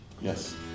Yes